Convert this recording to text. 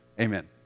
Amen